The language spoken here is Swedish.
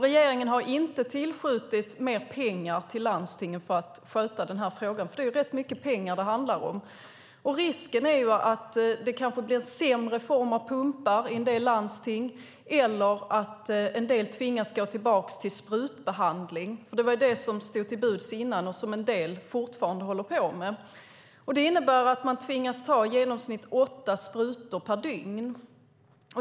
Regeringen har inte tillskjutit mer pengar till landstingen för att de ska kunna sköta den här frågan. Det är rätt mycket pengar det handlar om. Risken är att det blir en sämre form av pumpar i en del landsting eller att en del tvingas gå tillbaka till sprutbehandling. Det var vad som stod till buds innan, och en del håller fortfarande på med det. Det innebär att man tvingas ta i genomsnitt åtta sprutor per dygn.